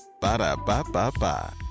Ba-da-ba-ba-ba